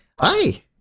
Hi